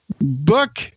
book